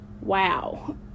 wow